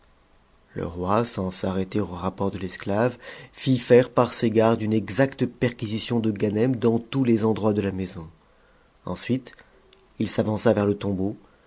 le roi sans s'arrêter au rapport de l'esclave fit faire par ses gardes une exacte perquisition de ganem dans tous cs endroits de la maison ensuite il s'avança vers le tombeau